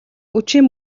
үдшийн